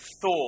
Thor